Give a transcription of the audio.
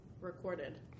recorded